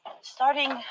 starting